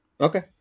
Okay